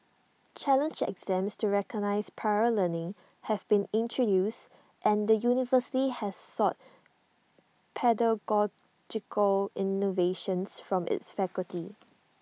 challenge exams to recognise prior learning have been introduced and the university has sought pedagogical innovations from its faculty